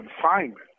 confinement